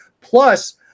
Plus